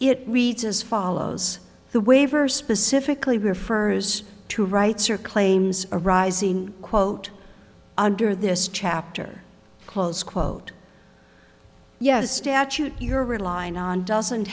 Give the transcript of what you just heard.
it reads as follows the waiver specifically refers to rights or claims arising quote under this chapter close quote yes statute you're relying on doesn't